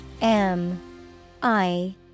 M-I-